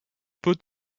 peut